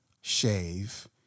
shave